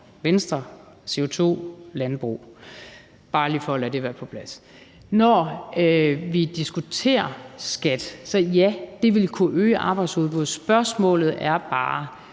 Venstre – CO2 og landbrug. Det er bare lige for at få det på plads. Når vi diskuterer skat, vil det kunne øge arbejdsudbuddet, ja, men spørgsmålet er bare,